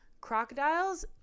Crocodiles